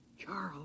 Charles